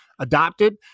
adopted